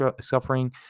suffering